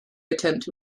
attempt